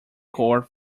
core